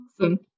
Awesome